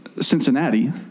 Cincinnati